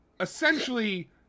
essentially